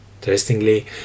Interestingly